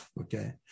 okay